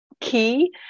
key